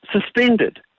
suspended